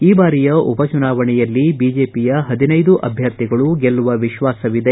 ಈ ಬಾರಿಯ ಉಪ ಚುನಾವಣೆಯಲ್ಲಿ ಬಿಜೆಪಿಯ ಹದಿನೈದೂ ಅಭ್ಯರ್ಥಿಗಳು ಗೆಲ್ಲವ ವಿಶ್ವಸವಿದೆ